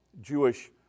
Jewish